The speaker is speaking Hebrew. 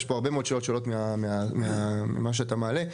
יש פה הרבה מאוד שאלות שעולות ממה שאתה מעלה.